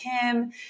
Kim